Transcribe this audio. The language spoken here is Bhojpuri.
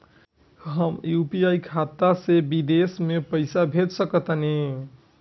हम यू.पी.आई खाता से विदेश म पइसा भेज सक तानि?